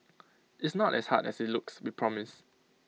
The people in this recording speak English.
it's not as hard as IT looks we promise